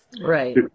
Right